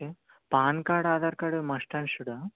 pan card Aadhaar card must and షుడ్డా